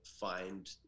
find